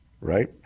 right